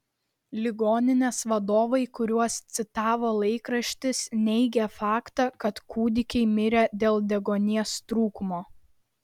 ligoninės vadovai kuriuos citavo laikraštis neigė faktą kad kūdikiai mirė dėl deguonies trūkumo